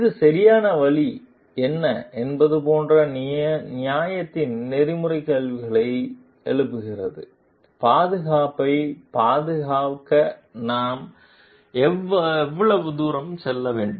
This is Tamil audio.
இது சரியான வழி என்ன என்பது போன்ற நியாயத்தின் நெறிமுறை கேள்விகளை எழுப்புகிறதுபாதுகாப்பைப் பாதுகாக்க நாம் எவ்வளவு தூரம் செல்ல வேண்டும்